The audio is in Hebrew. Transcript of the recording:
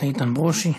איתן ברושי.